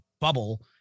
bubble